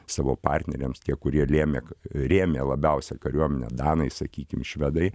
savo partneriams tie kurie lėmė rėmė labiausia kariuomenę danai sakykim švedai